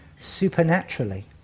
supernaturally